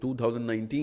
2019